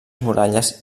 muralles